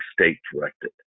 state-directed